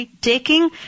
Taking